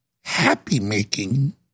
Happy-making